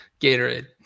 Gatorade